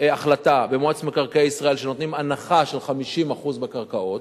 החלטה במועצת מקרקעי ישראל שנותנים הנחה של 50% בקרקעות.